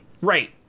Right